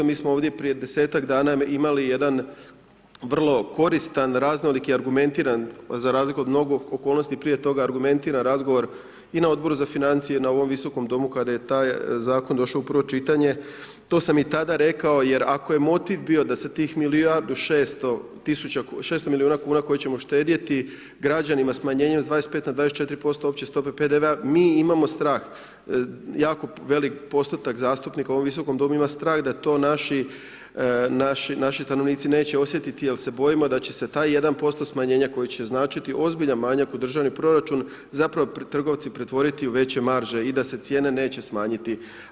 Mi smo ovdje i prije 10-tak dana imali jedan vrlo koristan, raznoliki, argumentiran, za razliku od mnogo okolnosti prije toga, argumentiran razgovor i na Odboru za financije, na ovom Visokom domu, kada je taj zakon došao u prvo čitanje, to sam i tada rekao, jer ako je motiv bio da se tih milijardu 600 milijuna kn koje ćemo štedjeti, građanima smanjenje s 25 na 24% opće stope PDV-a mi imamo strah, jako velik postotak zastupnika u ovom Visokom domu, ima strah da to naši stanovnici neće osjetiti jer se bojimo da će se taj 1% smanjenja koji će značiti ozbiljan manjak u državni proračun, zapravo trgovci pretvoriti u veće marže i da se cijene neće smanjiti.